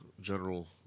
General